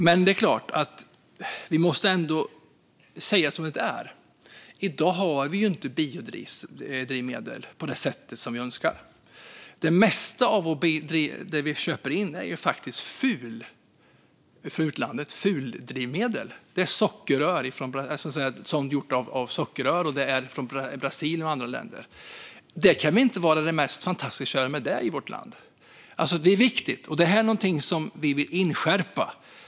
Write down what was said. Men vi måste ändå säga som det är: I dag har inte Sverige biodrivmedel på det sätt som vi önskar. Det mesta av det som köps in från utlandet är faktiskt fuldrivmedel. Det är gjort av sockerrör och kommer från Brasilien och andra länder. Det kan inte vara det mest fantastiska att köra på i vårt land. Det är viktigt och något som vi vill inskärpa.